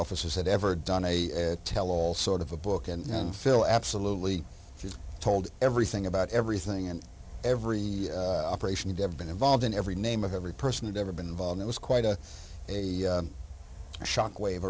officers had ever done a tell all sort of a book and phil absolutely just told everything about everything and every operation to have been involved in every name of every person who'd ever been involved it was quite a a shockwave